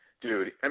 Dude